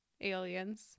aliens